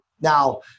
Now